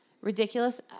ridiculous